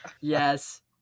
Yes